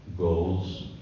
goals